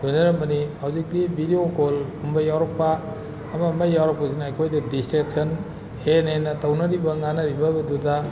ꯂꯣꯏꯅꯔꯝꯕꯅꯤ ꯍꯧꯖꯤꯛꯇꯤ ꯕꯤꯗꯤꯑꯣ ꯀꯣꯜꯒꯨꯝꯕ ꯌꯥꯎꯔꯛꯄ ꯑꯃ ꯑꯃ ꯌꯥꯎꯔꯛꯄꯁꯤꯅ ꯑꯩꯈꯣꯏꯗ ꯗꯤꯁꯇ꯭ꯔꯦꯛꯁꯟ ꯍꯦꯟꯅ ꯍꯦꯟꯅ ꯇꯧꯅꯔꯤꯕ ꯉꯥꯡꯅꯔꯤꯕ ꯑꯗꯨꯗ